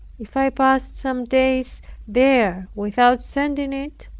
if i passed some days there without sending it,